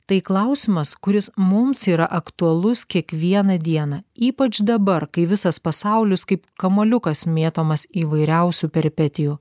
tai klausimas kuris mums yra aktualus kiekvieną dieną ypač dabar kai visas pasaulis kaip kamuoliukas mėtomas įvairiausių peripetijų